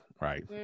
right